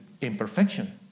imperfection